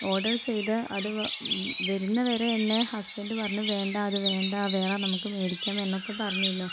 order ചെയ്തു അത് വരുന്ന വരെ എന്റെ ഹസ്ബൻഡ് പറഞ്ഞു വേണ്ട അത് വേണ്ട വേറെ നമുക്ക് മേടിക്കാം എന്നൊക്കെ പറഞ്ഞിരുന്നു